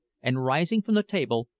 and rising from the table,